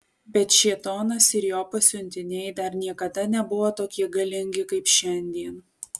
bet šėtonas ir jo pasiuntiniai dar niekada nebuvo tokie galingi kaip šiandien